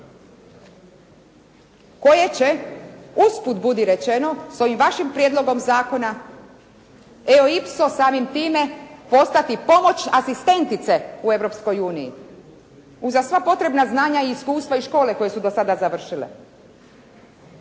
koje će usput budi rečeno s ovim vašim prijedlogom zakona eoipso samim time postati pomoć asistentice u Europskoj uniji. Uza sva potrebna znanja i iskustva i škole koje su sada završile